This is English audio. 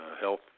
health